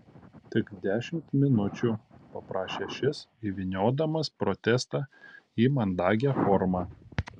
tik dešimt minučių paprašė šis įvyniodamas protestą į mandagią formą